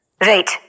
Wait